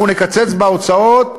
אנחנו נקצץ בהוצאות,